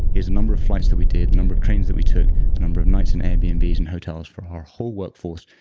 here's the number of flights that we did, the number of trains that we took, the number of nights and airbnbs and hotels for our whole workforce.